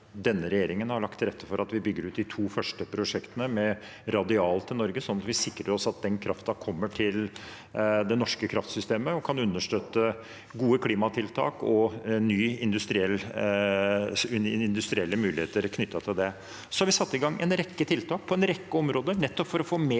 denne regjeringen har lagt til rette for at vi bygger ut de to første prosjektene med radial til Norge, sånn at vi sikrer oss at den kraften kommer til det norske kraftsystemet og kan understøtte gode klimatiltak og nye industrielle muligheter knyttet til det. Vi har satt i gang en rekke tiltak på en rekke områder, nettopp for å få mer